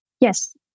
Yes